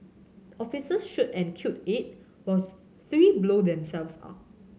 officers shoot and kill eight while three blow themselves up